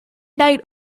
night